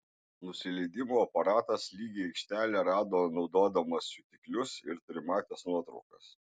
nusileidimo aparatas lygią aikštelę rado naudodamas jutiklius ir trimates nuotraukas